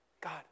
God